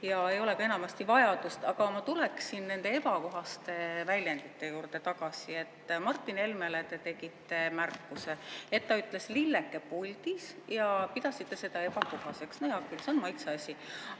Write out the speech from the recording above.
ja ei ole ka enamasti vajadust. Aga ma tulen nende ebakohaste väljendite juurde tagasi. Martin Helmele te tegite märkuse, et ta ütles "lilleke puldis", pidasite seda ebakohaseks. No hea küll, see on maitse asi.